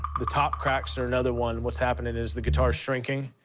the top cracks are another one. what's happening is the guitar is shrinking,